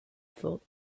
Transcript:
thought